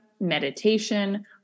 meditation